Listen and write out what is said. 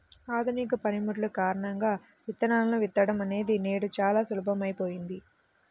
ఆధునిక పనిముట్లు కారణంగా విత్తనాలను విత్తడం అనేది నేడు చాలా సులభమైపోయింది